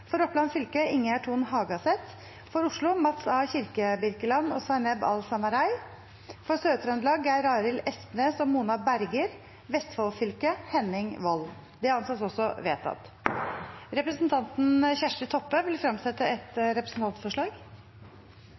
For Oppland fylke: Ingjerd Thon Hagaseth For Oslo: Mats A. Kirkebirkeland og Zaineb Al-Samarai For Sør-Trøndelag: Geir Arild Espnes og Mona Berger For Vestfold fylke: Henning Wold Representanten Kjersti Toppe vil fremsette et representantforslag.